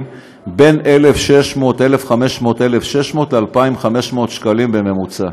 בין 1,600-1,500 ל-2,500 שקלים בממוצע.